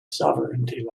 sovereignty